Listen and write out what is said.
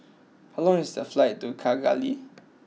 how long is the flight to Kigali